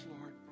Lord